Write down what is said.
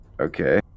Okay